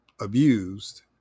abused